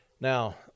Now